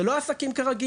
אלה המספרים.